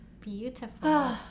beautiful